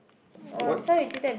what